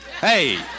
Hey